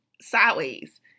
sideways